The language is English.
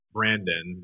Brandon